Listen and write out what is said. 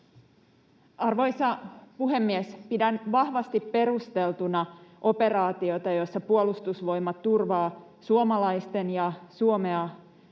Arvoisa puhemies! Pidän vahvasti perusteltuna operaatioita, joissa Puolustusvoimat turvaa suomalaisten ja Suomea